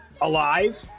alive